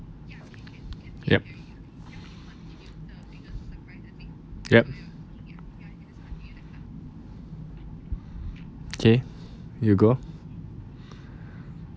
yup yup kay you go